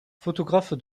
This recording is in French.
photographe